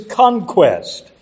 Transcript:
conquest